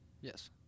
Yes